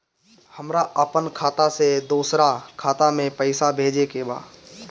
हमरा आपन खाता से दोसरा खाता में पइसा भेजे के बा